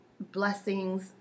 blessings